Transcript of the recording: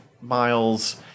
Miles